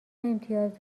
امتیاز